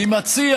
אני מציע